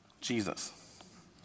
Jesus